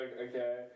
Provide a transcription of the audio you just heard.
okay